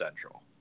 Central